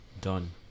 done